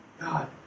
God